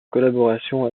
collaboration